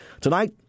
Tonight